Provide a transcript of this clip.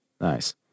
Nice